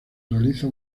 realiza